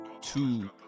two